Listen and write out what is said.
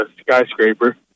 skyscraper